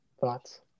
Thoughts